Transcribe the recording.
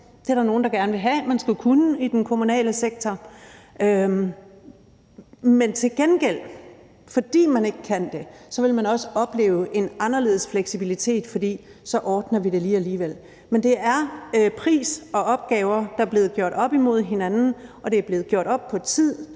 Det er der nogle der gerne vil have at man skal kunne i den kommunale sektor, men til gengæld vil man, fordi man ikke kan det, så også opleve en anderledes fleksibilitet, for så ordner man det lige alligevel. Men det er pris og opgaver, der er blevet gjort op imod hinanden, og det er blevet gjort op på tid,